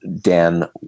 Dan